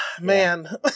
man